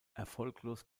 erfolglos